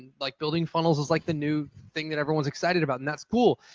like building funnels is like the new thing that everyone's excited about, and that's cool,